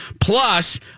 Plus